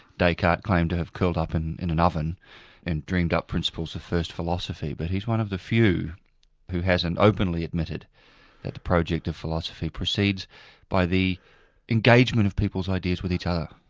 descartes claimed to have curled up and in an oven and dreamed up principles of first philosophy, but he's one of the few who hasn't openly admitted that the project of philosophy proceeds by the engagement of people's ideas with each other,